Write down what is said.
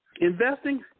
Investing